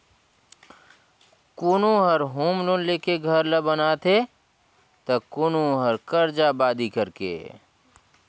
कोनो हर home loan लेके घर ल बनाथे त कोनो हर करजा बादी करके